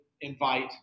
invite